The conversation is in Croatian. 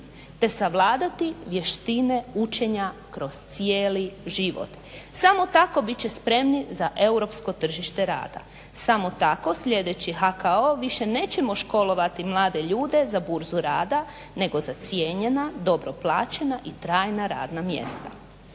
te savladati vještine učenja kroz cijeli život. Samo tako bit će spremni za europsko tržište rada. Samo tako slijedeći HKO više nećemo školovati mlade ljude za Burzu rada nego za cijenjena, dobro plaćena i trajna radna mjesta.